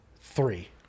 three